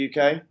UK